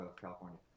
California